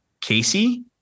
Casey